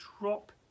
drop